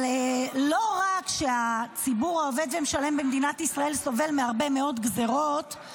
אבל לא רק שהציבור העובד והמשלם במדינת ישראל סובל מהרבה מאוד גזרות,